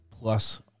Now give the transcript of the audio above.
plus